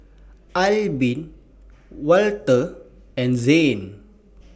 Albin Walter and Zane